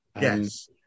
Yes